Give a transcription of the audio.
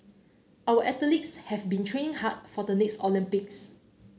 our athletes have been training hard for the next Olympics